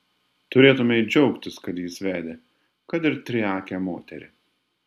turėtumei džiaugtis kad jis vedė kad ir triakę moterį